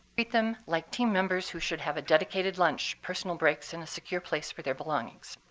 treat them like team members who should have a dedicated lunch, personal breaks, and a secure place for their belongings.